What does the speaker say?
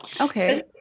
Okay